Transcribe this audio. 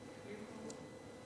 יש לי פה הצעה לחבר הכנסת